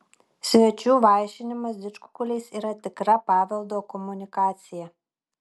svečių vaišinimas didžkukuliais yra tikra paveldo komunikacija